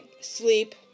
sleep